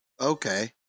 Okay